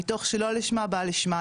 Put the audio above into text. מתוך שלא לשמה בא לשמה,